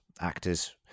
actors